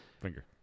Finger